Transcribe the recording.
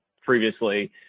previously